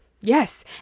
Yes